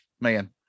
man